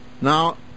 Now